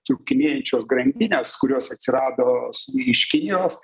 trūkinėjančios grandinės kurios atsirado su iš kinijos